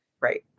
Right